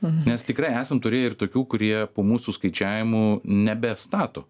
nes tikrai esam turėję ir tokių kurie po mūsų skaičiavimų nebestato